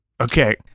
okay